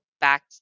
back